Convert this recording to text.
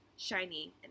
Shiny